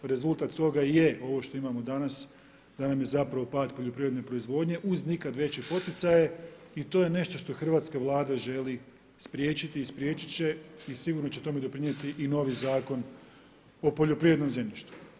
Rezultat toga je ovo što imamo danas, da nam je zapravo pad poljoprivredne proizvodnje, uz nikad veće poticaje i to je nešto što Hrvatska vlada želi spriječiti i spriječiti će i sigurno će tome doprinijeti i novi Zakon o poljoprivrednom zemljištu.